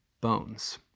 bones